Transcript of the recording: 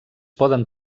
poden